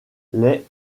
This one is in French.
les